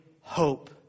hope